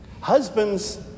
Husbands